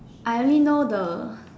I only know the